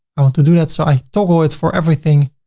i want to do that. so i told her it's for everything.